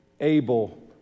Abel